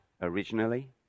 originally